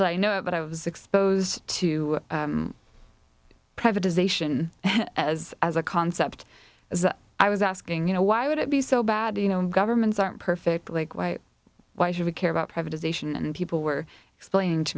i know of but i was exposed to privatization as as a concept is that i was asking you know why would it be so bad you know governments aren't perfect like why why should we care about privatization and people were explaining to